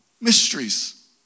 mysteries